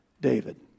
David